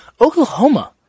Oklahoma